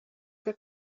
que